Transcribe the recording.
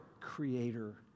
creator